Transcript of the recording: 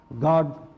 God